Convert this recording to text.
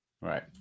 right